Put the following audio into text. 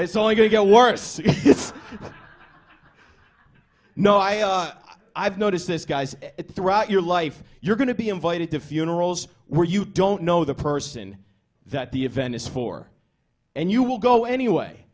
it's only going to go worse know i i've noticed this guys throughout your life you're going to be invited to funerals where you don't know the person that the event is for and you will go anyway